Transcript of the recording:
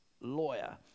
lawyer